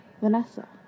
Vanessa